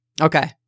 Okay